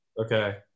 okay